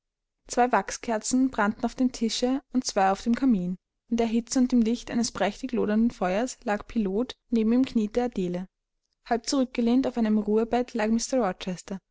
zwei wachskerzen brannten auf dem tische und zwei auf dem kamin in der hitze und dem licht eines prächtig lodernden feuers lag pilot neben ihm kniete adele halb zurückgelehnt auf einem ruhebett lag